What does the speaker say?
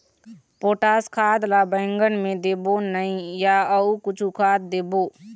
Potash खाद ला बैंगन मे देबो नई या अऊ कुछू खाद देबो?